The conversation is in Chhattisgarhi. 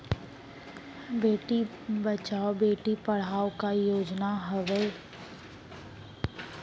बेटी बचाओ बेटी पढ़ाओ का योजना हवे?